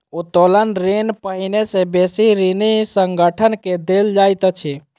उत्तोलन ऋण पहिने से बेसी ऋणी संगठन के देल जाइत अछि